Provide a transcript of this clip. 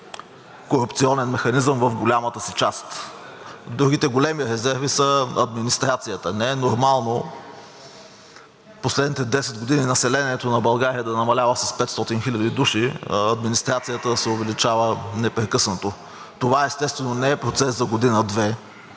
и са корупционен механизъм в голямата си част. Другите големи резерви са в администрацията. Не е нормално последните 10 години населението на България да намалява с 500 000 души, а администрацията да се увеличава непрекъснато! Това, естествено, не е процес за година-две